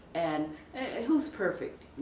and who's perfect,